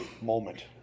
moment